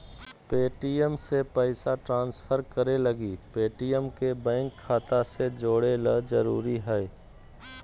Paytm से पैसा transfer करे लगी पेटीएम के बैंक खाता से जोड़े ल जरूरी हय